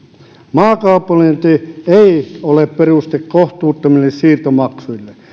maakaapelointi ei ole peruste kohtuuttomille siirtomaksuille